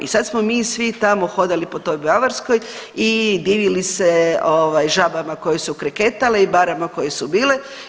I sad smo mi svi tamo hodali po toj Bavarskoj i divili se žabama koje su kreketale i barama koje su bile.